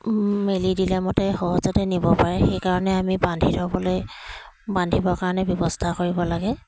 মেলি দিলে মতে সহজতে নিব পাৰে সেইকাৰণে আমি বান্ধি থ'বলৈ বান্ধিবৰ কাৰণে ব্যৱস্থা কৰিব লাগে